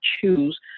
choose